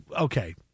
Okay